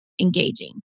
engaging